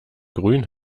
grün